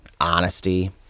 honesty